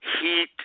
heat